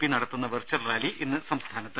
P നടത്തുന്ന virtual rally ഇന്ന് സംസ്ഥാനത്ത്